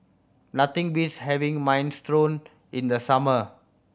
nothing beats having Minestrone in the summer